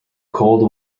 cold